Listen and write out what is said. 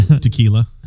Tequila